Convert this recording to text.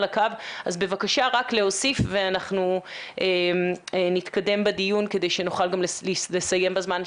על הקו אז בבקשה רק להוסיף ונתקדם בדיון כדי שנוכל גם לסיים בזמן.